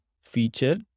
feature